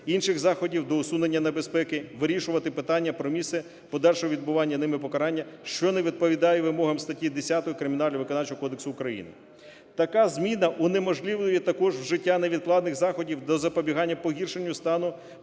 інших заходів до усунення небезпеки вирішувати питання про місце подальшого відбування ними покарання, що не відповідає вимогам статті 10 Кримінально-виконавчого кодексу України. Така зміна унеможливлює також вжиття невідкладних заходів до запобігання погіршенню стану